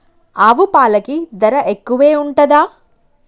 ఆవు పాలకి ధర ఎక్కువే ఉంటదా?